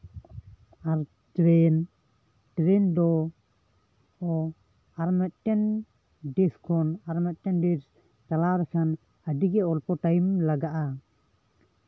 ᱟᱨ train train ᱫᱚ ᱚ ᱟᱨ ᱢᱤᱫᱴᱮᱱ ᱰᱤᱥᱠᱚᱱ ᱟᱨ ᱢᱤᱫᱴᱮᱱ ᱰᱮᱥᱠ ᱪᱟᱞᱟᱣ ᱞᱮᱠᱷᱟᱱ ᱟᱹᱰᱤᱜᱮ ᱚᱞᱯᱚ ᱴᱟᱭᱤᱢ ᱞᱟᱜᱟᱜᱼᱟ